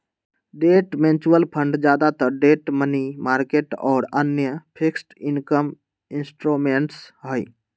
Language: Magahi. डेट म्यूचुअल फंड ज्यादातर डेट, मनी मार्केट और अन्य फिक्स्ड इनकम इंस्ट्रूमेंट्स हई